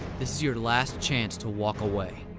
this is your last chance to walk away.